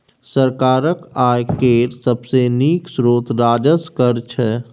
सरकारक आय केर सबसे नीक स्रोत राजस्व कर छै